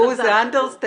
לא יפגעו זה אנדרסטייטמנט.